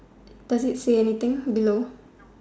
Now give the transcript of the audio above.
does it say anything below